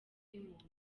y’umuntu